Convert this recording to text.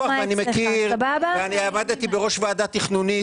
אני מכיר ואני עמדתי בראש ועדה תכנונית